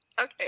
Okay